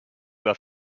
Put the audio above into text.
vas